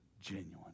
genuine